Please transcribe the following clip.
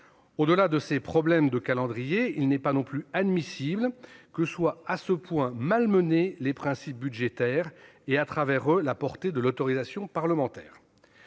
Au-delà de ces problèmes de calendrier, il n'est pas admissible non plus que soient à ce point malmenés les principes budgétaires et, à travers eux, la portée de l'autorisation parlementaire.